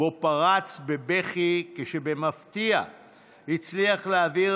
שבו פרץ בבכי כשבמפתיע הצליח להעביר